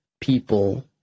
people